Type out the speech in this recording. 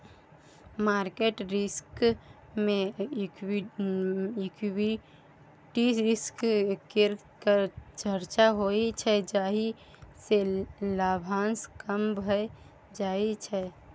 market risk मे equity risk केर चर्चा होइ छै जाहि सँ लाभांश कम भए जाइ छै